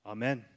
Amen